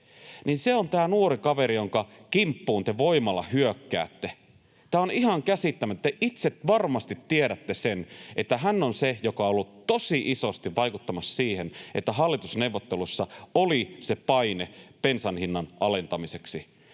Se on tämä nuori kaveri, jonka kimppuun te voimalla hyökkäätte. Tämä on ihan käsittämätöntä. Te itse varmasti tiedätte sen, että hän on ollut tosi isosti vaikuttamassa siihen, että hallitusneuvottelussa oli paine bensan hinnan alentamiseksi.